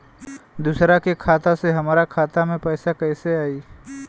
दूसरा के खाता से हमरा खाता में पैसा कैसे आई?